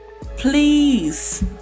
Please